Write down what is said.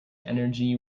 energy